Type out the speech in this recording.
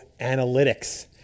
analytics